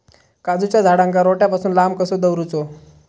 काजूच्या झाडांका रोट्या पासून लांब कसो दवरूचो?